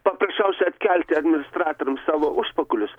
paprasčiausiai atkelti administratorium savo užpakalius